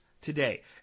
today